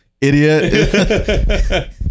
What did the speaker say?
idiot